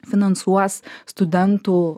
finansuos studentų